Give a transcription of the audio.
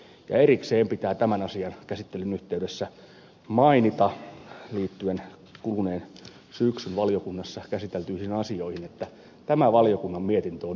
erikseen pitää tämän asian käsittelyn yhteydessä mainita liittyen kuluneen syksyn valiokunnassa käsiteltyihin asioihin että tämä valiokunnan mietintö on yksimielinen